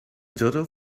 doodle